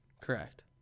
correct